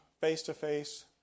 face-to-face